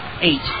eight